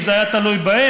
אם זה היה תלוי בהם,